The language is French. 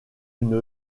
une